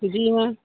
जी वा